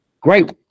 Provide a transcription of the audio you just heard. Great